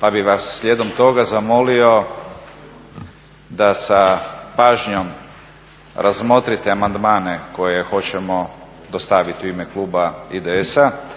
Pa bih vas slijedom toga zamolio da sa pažnjom razmotrite amandmane koje hoćemo dostaviti u ime kluba IDS-a